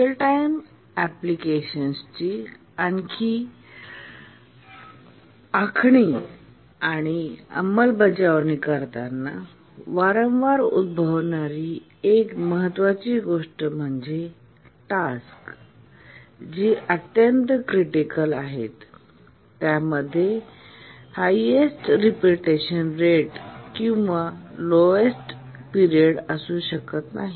real time अप्लिकेशन्सची आखणी आणि अंमलबजावणी करताना वारंवार उद्भवणारी एक महत्त्वाची गोष्ट म्हणजे काही टास्क जी अत्यंत क्रिटिकल आहेत त्यामध्ये हायएस्ट रिपीटेशन रेट किंवा लोवेस्ट पिरियड असू शकत नाही